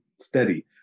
steady